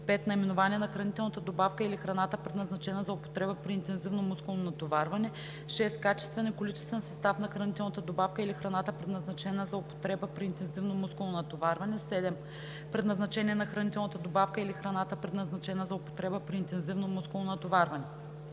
5. наименование на хранителната добавка или храната, предназначена за употреба при интензивно мускулно натоварване; 6. качествен и количествен състав на хранителната добавка или храната, предназначена за употреба при интензивно мускулно натоварване; 7. предназначение на хранителната добавка или храната, предназначена за употреба при интензивно мускулно натоварване;